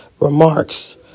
remarks